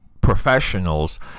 professionals